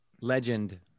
legend